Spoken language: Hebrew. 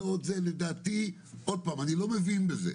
ואני לא מבין בזה,